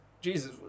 Jesus